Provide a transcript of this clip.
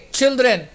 children